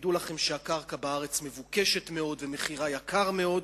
תדעו לכם שהקרקע בארץ מבוקשת מאוד ומחירה יקר מאוד,